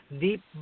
deep